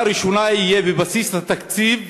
ראשונה תוכנית החומש תהיה בבסיס התקציב.